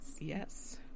yes